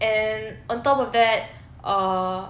and on top of that uh